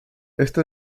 esta